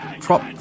prop